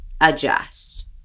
adjust